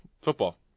football